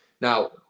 Now